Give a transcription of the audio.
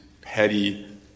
petty